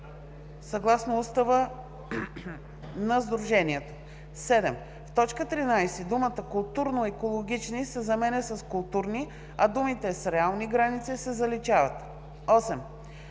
съгласно устава на сдружението.“ 7. В т. 13 думата „културно-екологични“ се заменя с „културни“, а думите „с реални граници“ се заличават. 8.